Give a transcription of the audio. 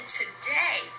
today